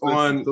on